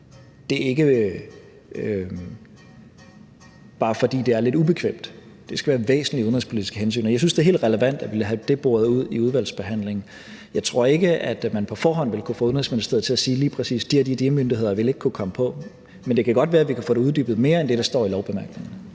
at det ikke bare er, fordi det er lidt ubekvemt, men det skal være væsentlige udenrigspolitiske hensyn, og jeg synes, det er helt relevant at ville have det boret ud i udvalgsbehandlingen. Jeg tror ikke, at man på forhånd vil kunne få Udenrigsministeriet til at sige, at lige præcis de og de myndigheder ikke vil kunne komme på. Men det kan godt være, at vi kan få det uddybet mere end det, der står i lovbemærkningerne.